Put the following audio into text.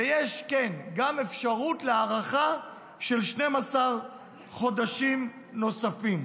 וכן, יש גם אפשרות להארכה של 12 חודשים נוספים.